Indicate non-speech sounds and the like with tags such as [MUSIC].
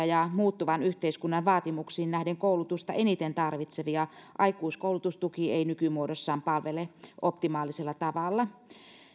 [UNINTELLIGIBLE] ja muuttuvan yhteiskunnan vaatimuksiin nähden koulutusta eniten tarvitsevia aikuiskoulutustuki ei nykymuodossaan palvele optimaalisella tavalla